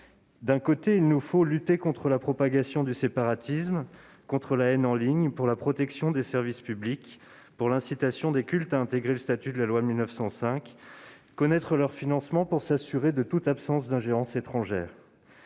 D'un côté, il nous faut lutter contre la propagation du séparatisme, contre la haine en ligne, pour la protection des services publics, pour l'incitation des cultes à intégrer le statut de la loi de 1905, et connaître leurs financements afin de s'assurer de l'absence de toute ingérence étrangère.